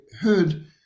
heard